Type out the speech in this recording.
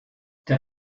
der